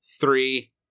Three